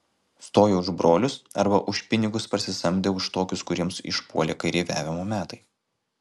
stojo už brolius arba už pinigus parsisamdę už tokius kuriems išpuolė kareiviavimo metai